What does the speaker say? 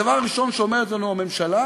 הדבר הראשון שאומרת לנו הממשלה